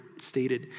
stated